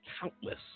countless